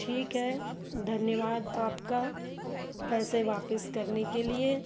ठीक है धन्यवाद आपका पैसे वापस करने के लिए